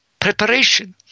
preparation